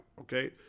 okay